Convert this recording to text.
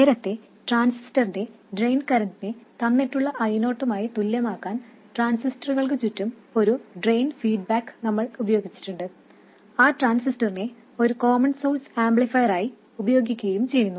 നേരത്തെ ട്രാൻസിസ്റ്ററിന്റെ ഡ്രെയിൻ കറന്റിനെ തന്നിട്ടുള്ള I0 മായി തുല്യമാക്കാൻ ട്രാൻസിസ്റ്ററുകൾക്ക് ചുറ്റും ഒരു ഡ്രെയിൻ ഫീഡ്ബാക്ക് നമ്മൾ ഉപയോഗിച്ചിട്ടുണ്ട് ആ ട്രാൻസിസ്റ്ററിനെ ഒരു കോമൺ സോഴ്സ് ആംപ്ലിഫയറായി ഉപയോഗിക്കുകയും ചെയ്യുന്നു